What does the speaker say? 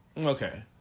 Okay